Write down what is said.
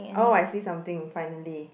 oh I see something finally